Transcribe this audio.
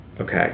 okay